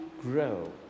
grow